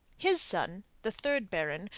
his son, the third baron,